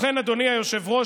ובכן אדוני היושב-ראש,